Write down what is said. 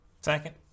Second